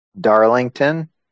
Darlington